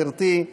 גברתי,